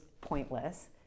pointless